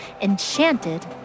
enchanted